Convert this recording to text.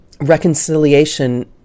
reconciliation